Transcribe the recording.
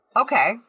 okay